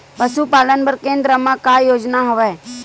पशुपालन बर केन्द्र म का योजना हवे?